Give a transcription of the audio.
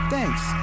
Thanks